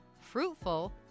fruitful